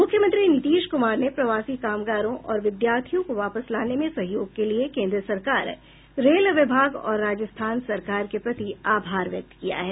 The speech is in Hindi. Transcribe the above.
मुख्यमंत्री नीतीश कुमार ने प्रवासी कामगारों और विद्यार्थियों को वापस लाने में सहयोग के लिए केन्द्र सरकार रेल विभाग और राजस्थान सरकार के प्रति आभार व्यक्त किया है